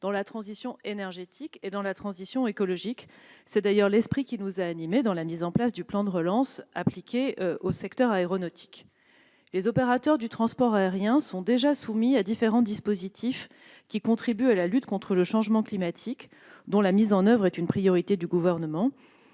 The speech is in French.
dans la transition énergétique et écologique. C'est d'ailleurs l'esprit qui nous a animés pour la mise en oeuvre du plan de relance appliqué au secteur aéronautique. Les opérateurs du transport aérien sont déjà soumis à différents dispositifs contribuant à la lutte contre le changement climatique, dont la mise en oeuvre est une priorité du Gouvernement.